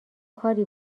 کاری